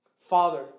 Father